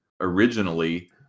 originally